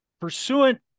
pursuant